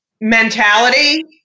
mentality